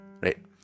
Right